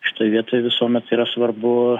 šitoj vietoj visuomet yra svarbu